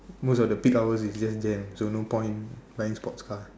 most of the peak hours is just jam so no point buying sports car